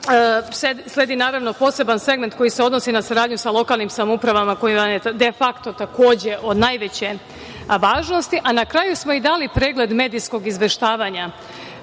sledi poseban segment koji se odnosi na saradnju sa lokalnim samoupravama koji je defakto, takođe, od najveće važnosti. Na kraju smo i dali pregled medijskog izveštavanja,